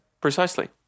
Precisely